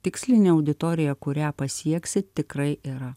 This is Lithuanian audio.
tikslinė auditorija kurią pasieksi tikrai yra